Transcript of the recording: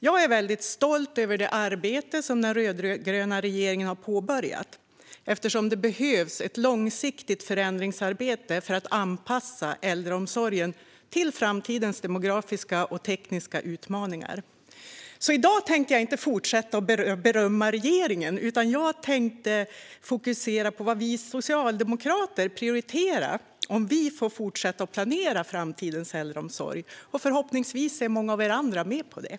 Jag är stolt över det arbete som den rödgröna regeringen har påbörjat, eftersom det behövs ett långsiktigt förändringsarbete för att anpassa äldreomsorgen till framtidens demografiska och tekniska utmaningar. I dag tänkte jag dock inte fortsätta berömma regeringen utan fokusera på vad vi socialdemokrater vill prioritera om vi får fortsätta att planera framtidens äldreomsorg. Förhoppningsvis är många av er andra med på det.